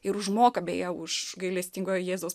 ir užmoka beje už gailestingo jėzaus